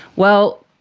well,